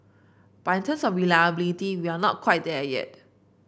but in terms of reliability we are not quite there yet